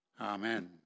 Amen